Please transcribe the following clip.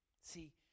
See